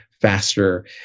faster